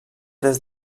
des